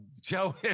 Joe